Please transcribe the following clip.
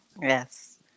Yes